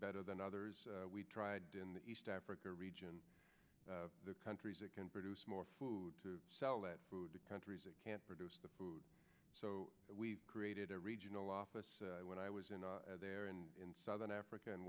better than others we tried in the east africa region the countries that can produce more food to sell that food to countries that can't produce the food so we created a regional office when i was in there in southern africa